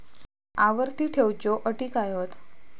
आवर्ती ठेव च्यो अटी काय हत?